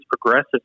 progressive